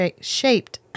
shaped